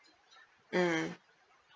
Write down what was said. mm